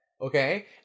okay